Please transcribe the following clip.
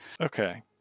Okay